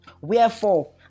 Wherefore